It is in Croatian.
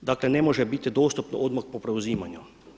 dakle ne može biti dostupno odmah po preuzimanju.